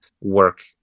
work